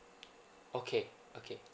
okay okay